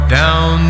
down